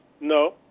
No